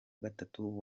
gatatu